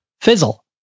fizzle